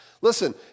Listen